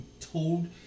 told